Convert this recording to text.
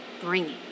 bringing